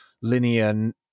linear